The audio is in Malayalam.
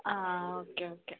ആ ഓക്കെ ഓക്കെ